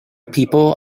people